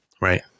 right